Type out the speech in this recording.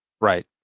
Right